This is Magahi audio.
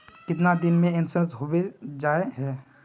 कीतना दिन में इंश्योरेंस होबे जाए है?